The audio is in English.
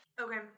Okay